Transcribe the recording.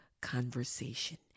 Conversation